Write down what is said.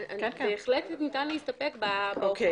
בהחלט מספיק להסתפק.